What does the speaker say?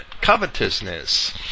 covetousness